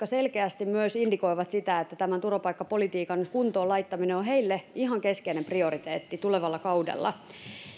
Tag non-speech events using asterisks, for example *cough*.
*unintelligible* selkeästi myös indikoivat sitä että turvapaikkapolitiikan kuntoon laittaminen on heille ihan keskeinen prioriteetti tulevalla kaudella